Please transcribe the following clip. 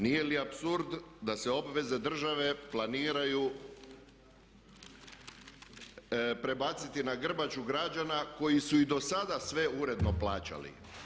Nije li apsurd da se obveze države planiraju prebaciti na grbaču građana koji su i dosada sve uredno plaćali?